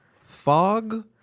fog